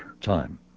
time